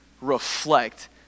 reflect